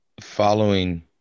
following